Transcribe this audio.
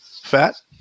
Fat